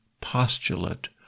postulate